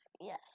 yes